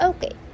Okay